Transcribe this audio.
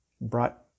brought